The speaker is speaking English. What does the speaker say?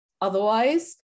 Otherwise